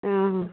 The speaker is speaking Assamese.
অঁ